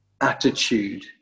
attitude